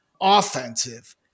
offensive